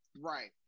Right